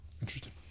Interesting